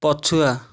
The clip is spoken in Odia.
ପଛୁଆ